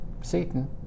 Satan